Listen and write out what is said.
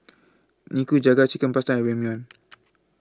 Nikujaga Chicken Pasta and Ramyeon